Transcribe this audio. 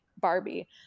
Barbie